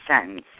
sentence